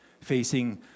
facing